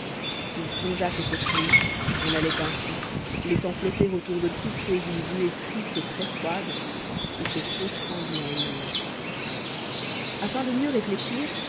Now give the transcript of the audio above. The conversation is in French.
il songea que cette nuit qui s'en allait ainsi laissant flotter autour de toutes choses une buée triste et très froide était étrangement longue afin de mieux réfléchir